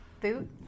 boot